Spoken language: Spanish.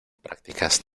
prácticas